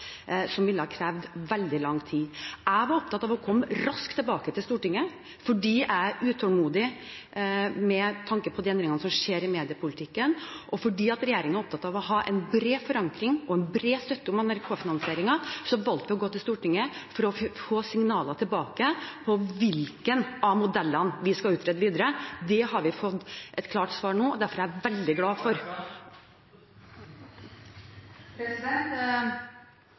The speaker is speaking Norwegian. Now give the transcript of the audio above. som ville ha krevd veldig lang tid. Jeg var opptatt av å komme raskt tilbake til Stortinget, fordi jeg er utålmodig med tanke på de endringene som skjer i mediepolitikken. Og fordi regjeringen er opptatt av å ha en bred forankring av og en bred støtte for NRK-finansieringen, valgte vi å gå til Stortinget for å få signaler tilbake om hvilken av modellene vi skal utrede videre. Det har vi fått et klart svar på nå, og det er jeg veldig glad